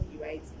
right